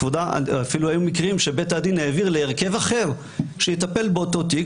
אפילו היו מקרים שבית הדין העביר להרכב אחר שיטפל באותו תיק,